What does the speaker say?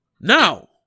Now